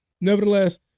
nevertheless